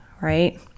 right